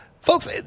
Folks